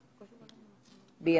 בירן.